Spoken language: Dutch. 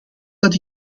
dat